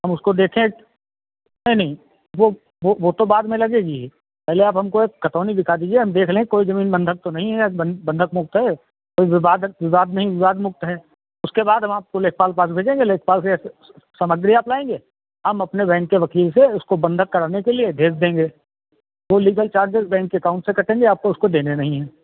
हम उसको देखे वो वो तो बाद में लगेगी ही पहले आप हमको एक खतौनी दिखा दीजिए हम देख लें कोई जमीन बंधक तो नहीं है बन बंधक मुक्त है कोई विवाद विवाद नहीं विवाद मुक्त है उसके बाद हम आपको लेखपाल के पास भेजएंगे लेखपाल फिर ऐसे सामग्री आप लाएंगे हम अपने वकील से इसको बंधक कराने के लिए भेज देंगे वो लीगल चारजेज बैंक के अकाउंट से कटेंगे आपको उसको देने नहीं हैं